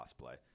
cosplay